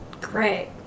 great